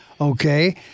okay